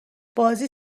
بازی